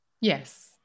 yes